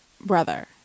brother